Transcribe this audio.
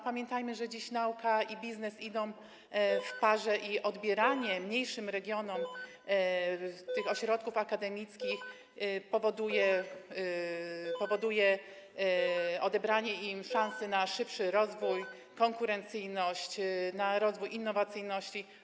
Pamiętajmy, że dziś nauka i biznes idą w parze i odbieranie mniejszym regionom tych ośrodków akademickich powoduje odebranie im szansy na szybszy rozwój, konkurencyjność, na rozwój innowacyjności.